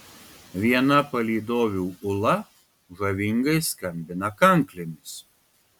viena palydovių ula žavingai skambina kanklėmis